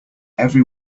every